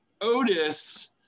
Otis